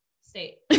state